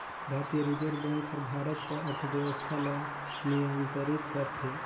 भारतीय reserve bank हर भारत कर अर्थबेवस्था ल नियंतरित करथे